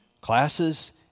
classes